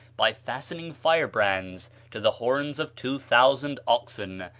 by fastening firebrands to the horns of two thousand oxen,